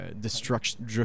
destruction